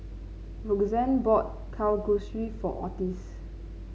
Roxanne bought Kalguksu for Ottis